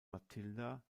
matilda